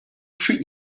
treat